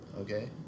okay